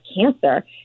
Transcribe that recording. cancer